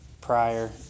prior